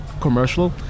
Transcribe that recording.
commercial